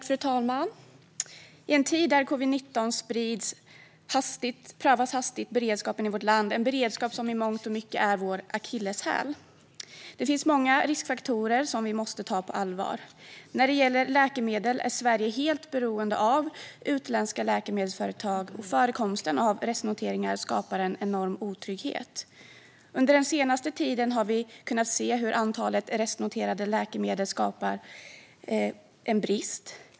Fru talman! I en tid där covid-19 sprids hastigt prövas beredskapen i vårt land - en beredskap som i mångt och mycket är vår akilleshäl. Det finns många riskfaktorer som vi måste ta på allvar. När det gäller läkemedel är Sverige helt beroende av utländska läkemedelsföretag, och förekomsten av restnoteringar skapar en enorm otrygghet. Under den senaste tiden har vi kunnat se hur antalet restnoterade läkemedel skapar en brist.